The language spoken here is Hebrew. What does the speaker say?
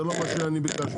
זה לא מה שאני ביקשתי.